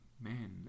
man